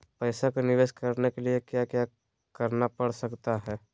पैसा का निवेस करने के लिए क्या क्या करना पड़ सकता है?